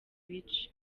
bice